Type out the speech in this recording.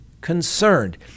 concerned